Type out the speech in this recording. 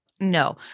no